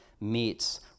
meets